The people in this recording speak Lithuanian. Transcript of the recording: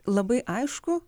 labai aišku